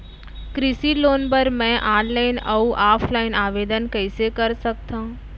कृषि लोन बर मैं ऑनलाइन अऊ ऑफलाइन आवेदन कइसे कर सकथव?